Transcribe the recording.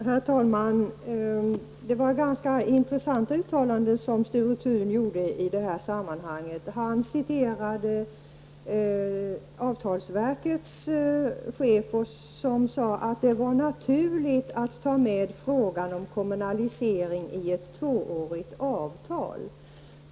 Herr talman! Det var ganska intressanta uttalanden som Sture Thun gjorde i det här sammanhanget. Han citerade avtalsverkets chef, som sade att det var naturligt att ta med frågan om kommunalisering i ett tvåårigt avtal.